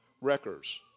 Wreckers